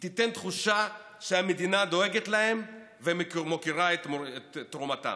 היא תיתן תחושה שהמדינה דואגת להם ומוקירה את תרומתם.